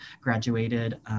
graduated